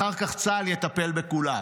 אחר כך צה"ל יטפל בכולם,